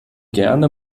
gerne